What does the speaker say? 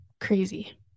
crazy